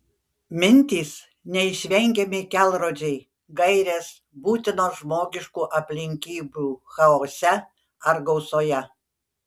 mintys neišvengiami kelrodžiai gairės būtinos žmogiškų aplinkybių chaose ar gausoje